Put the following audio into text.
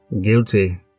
guilty